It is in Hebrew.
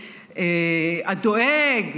הדואג,